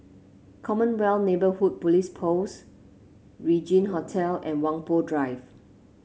Commonwealth Neighbourhood Police Post Regin Hotel and Whampoa Drive